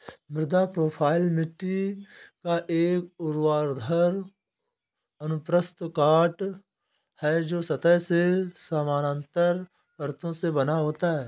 मृदा प्रोफ़ाइल मिट्टी का एक ऊर्ध्वाधर अनुप्रस्थ काट है, जो सतह के समानांतर परतों से बना होता है